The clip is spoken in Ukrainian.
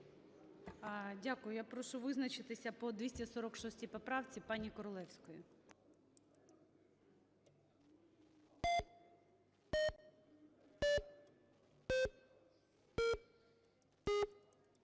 Дякую. Я прошу визначитися по 246 поправці пані Королевської.